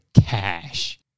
cash